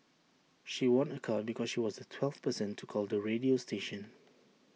she won A car because she was the twelfth person to call the radio station